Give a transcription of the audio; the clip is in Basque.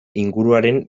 inguruaren